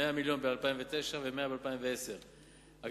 100 מיליון ש"ח ב-2009 ו-100 מיליון ש"ח ב-2010,